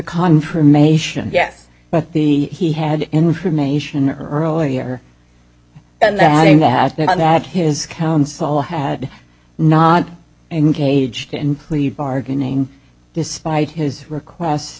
confirmation yes but the he had information earlier and that in that that his counsel had not engaged in plea bargaining despite his request